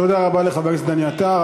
תודה רבה לחבר הכנסת דני עטר.